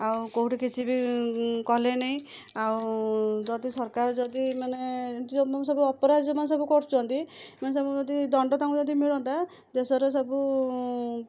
ଆଉ କେଉଁଠି କିଛି ବି କଲେ ନେଇ ଆଉ ଯଦି ସରକାର ଯଦି ମାନେ ଏମିତି ସବୁ ଅପରାଧ ଯେଉଁମାନେ ସବୁ କରୁଛନ୍ତି ଏମାନେ ସବୁ ଯଦି ଦଣ୍ଡ ତାଙ୍କୁ ଯଦି ମିଳନ୍ତା ଦେଶର ସବୁ